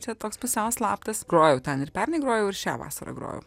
čia toks pusiau slaptas grojau ten ir pernai grojau ir šią vasarą grojau